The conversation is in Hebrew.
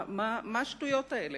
מה השטויות האלה?